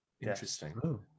interesting